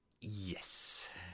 Yes